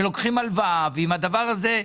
שלוקחים הלוואה ועם הדבר הזה,